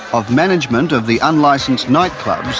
of management of the unlicensed nightclubs,